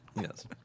Yes